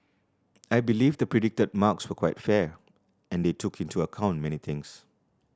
I believe the predicted marks were quite fair and they took into account many things